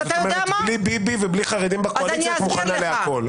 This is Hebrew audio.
כלומר בלי ביבי ובלי חרדים בקואליציה את מוכנה לכול.